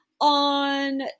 on